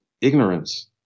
ignorance